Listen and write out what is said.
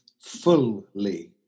fully